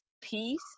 peace